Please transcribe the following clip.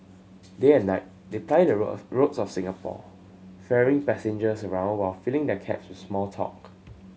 day and night they ply the roads of Singapore ferrying passengers around while filling their cabs with small talk